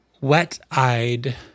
Wet-Eyed